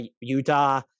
Utah